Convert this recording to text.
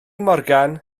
morgan